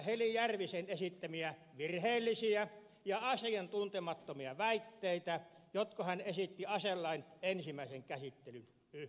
heli järvisen esittämiä virheellisiä ja asiantuntemattomia väitteitä jotka hän esitti aselain ensimmäisen käsittelyn yhteydessä